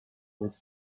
with